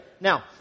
Now